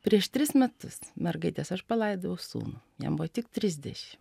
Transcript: prieš tris metus mergaitės aš palaidojau sūnų jam buvo tik trisdešim